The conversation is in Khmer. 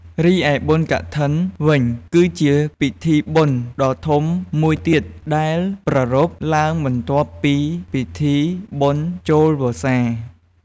រីឯ បុណ្យកឋិន វិញ គឺជាពិធីបុណ្យដ៏ធំមួយទៀត ដែលប្រារព្ធឡើងបន្ទាប់ពីពិធីបុណ្យចេញវស្សា។